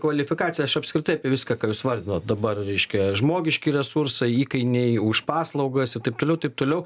kvalifikaciją aš apskritai apie viską ką jūs vardinot dabar reiškia žmogiški resursai įkainiai už paslaugas ir taip toliau taip toliau